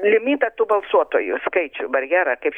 galimybę tų balsuotojų skaičių barjerą kaip